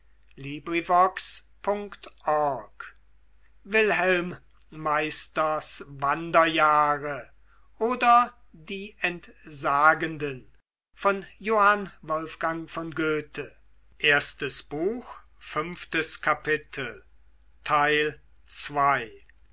wilhelm meisters wanderjahre oder die entsagenden